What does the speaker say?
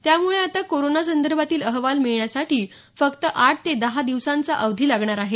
त्यामुळे आता कोरोना संदर्भातील अहवाल मिळण्यासाठी फक्त आठ ते दहा तासांचा अवधी लागणार आहे